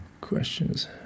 Questions